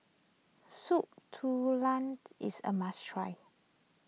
Soup Tulang is a must try